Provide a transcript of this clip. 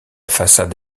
façade